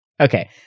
Okay